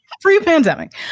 Pre-pandemic